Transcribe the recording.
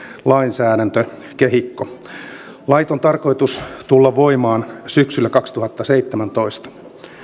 lainsäädäntökehikko lakien on tarkoitus tulla voimaan syksyllä kaksituhattaseitsemäntoista